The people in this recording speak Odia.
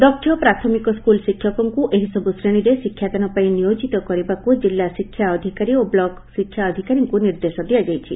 ଦକ୍ଷ ପ୍ରାଥମିକ ସ୍କୁଲ୍ ଶିକ୍ଷକଙ୍କୁ ଏହିସବୁ ଶ୍ରେଶୀରେ ଶିକ୍ଷାଦାନ ପାଇଁ ନିୟୋଜିତ କରିବାକୁ କିଲ୍ଲା ଶିକ୍ଷା ଅଧିକାରୀ ଓ ବ୍ଲକ୍ ଶିକ୍ଷା ଅଧିକାରୀଙ୍କୁ ନିର୍ଦ୍ଦେଶ ଦିଆଯାଇଛି